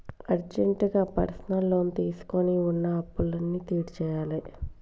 అర్జెంటుగా personal loan తీసుకొని వున్న అప్పులన్నీ తీర్చేయ్యాలే